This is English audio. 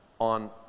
on